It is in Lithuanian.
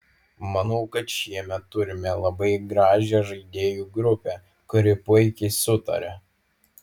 manau kad šiemet turime labai gražią žaidėjų grupę kuri puikiai sutaria